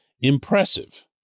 impressive